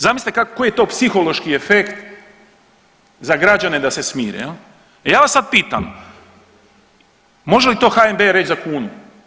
Zamislite koji je to psihološki efekt za građane da se smire jel i ja vas sad pitam može li to HNB reći za kunu?